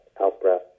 out-breath